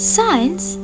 Science